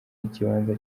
ikibanza